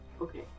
Okay